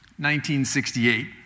1968